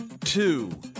two